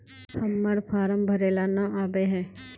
हम्मर फारम भरे ला न आबेहय?